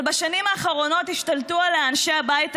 אבל בשנים האחרונות השתלטו עליה אנשי הבית היהודי,